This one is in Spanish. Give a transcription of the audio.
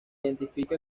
identifica